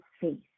face